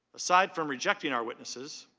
aside from rejecting our witnesses,